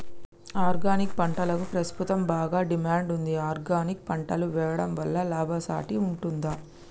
Organic పంటలకు ప్రస్తుతం బాగా డిమాండ్ ఉంది ఆర్గానిక్ పంటలు వేయడం వల్ల లాభసాటి ఉంటుందా?